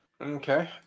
Okay